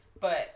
but-